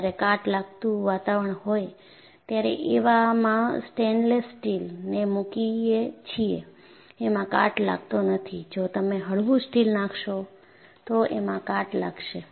જ્યારે કાટ લાગતું વાતાવરણ હોય ત્યારે એવામાં સ્ટેનલેસ સ્ટીલને મૂકીએ છીએ એમાં કાટ લાગતો નથી જો તમે હળવું સ્ટીલ નાખશો તો એમાં કાટ લાગશે